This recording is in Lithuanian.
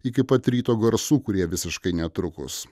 iki pat ryto garsų kurie visiškai netrukus